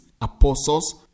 apostles